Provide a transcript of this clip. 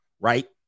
right